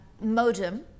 modem